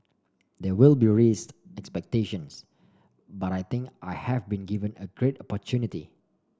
there will be raised expectations but I think I have been given a great opportunity